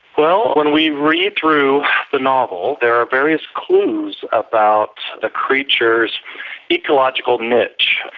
well, when we read through the novel, there are various clues about the creature's ecological niche.